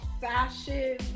fashion